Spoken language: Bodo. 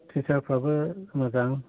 टिचारफ्राबो मोजां